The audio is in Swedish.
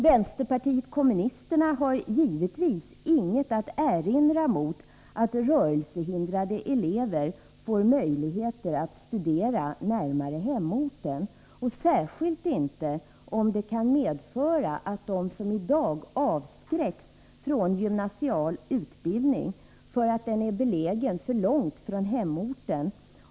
Vänsterpartiet kommunisterna har givetvis inget att erinra mot att rörelsehindrade elever får möjligheter att studera närmare hemorten, särskilt inte med tanke på att många av dem i dag avskräcks från gymnasial utbildning därför att skolan är belägen alltför långt från hemorten.